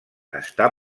està